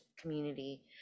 community